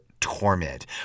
torment